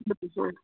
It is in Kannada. ಹಾಂ